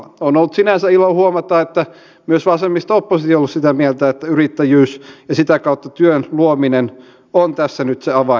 on ollut sinänsä ilo huomata että myös vasemmisto oppositio on ollut sitä mieltä että yrittäjyys ja sitä kautta työn luominen on tässä nyt se avainlääke